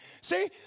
See